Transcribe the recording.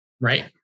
right